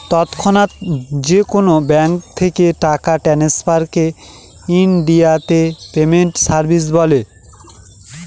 তৎক্ষণাৎ যেকোনো ব্যাঙ্ক থেকে টাকা ট্রান্সফারকে ইনডিয়াতে পেমেন্ট সার্ভিস বলে